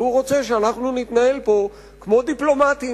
והוא רוצה שאנחנו נתנהל פה כמו דיפלומטים,